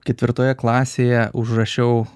ketvirtoje klasėje užrašiau